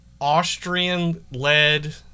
Austrian-led